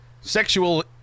sexual